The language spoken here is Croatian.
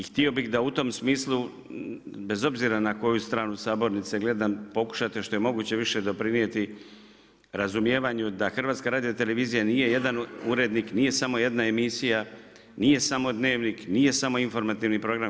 I htio bih da u tom smislu bez obzira na koju stranu sabornice gledam pokušate što je moguće više doprinijeti razumijevanju da Hrvatska radiotelevizija nije jedan urednik, nije samo jedna emisija, nije samo Dnevnik, nije samo informativni program.